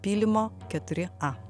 pylimo keturi a